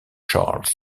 charles